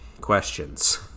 questions